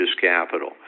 capital